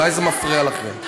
אולי זה מפריע לכם.